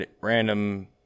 random